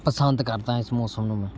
ਪਸੰਦ ਕਰਦਾ ਇਸ ਮੌਸਮ ਨੂੰ ਮੈਂ